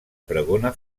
pregona